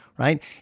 Right